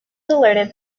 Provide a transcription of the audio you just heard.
alerted